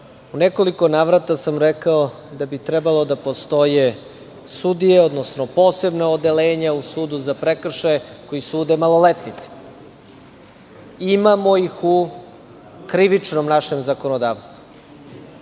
U nekoliko navrata sam rekao da bi trebalo da postoje sudije, odnosno posebna odeljenja u sudu za prekršaje koji sude maloletnicima. Imamo ih u našem krivičnom zakonodavstvu. Odbijate